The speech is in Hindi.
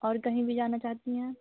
और कहीं भी जाना चाहती हैं